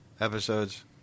episodes